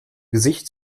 gesicht